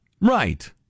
Right